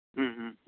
હા હા